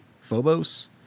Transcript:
Phobos